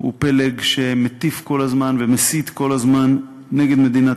הוא פלג שמטיף כל הזמן ומסית כל הזמן נגד מדינת